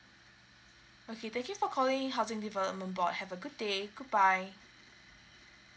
okay thank you for calling housing development board have a good day goodbye